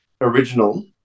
original